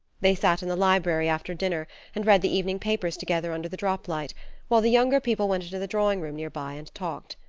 they sat in the library after dinner and read the evening papers together under the droplight while the younger people went into the drawing-room near by and talked.